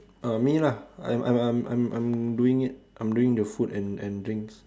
uh me lah I'm I'm I'm I'm I'm doing it I'm doing the food and and drinks